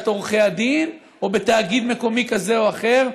עורכי הדין או בתאגיד מקומי כזה או אחר,